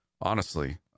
Honestly